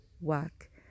work